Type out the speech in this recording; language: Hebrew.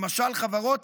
למשל חברות ציבוריות,